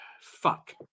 fuck